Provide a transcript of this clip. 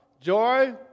joy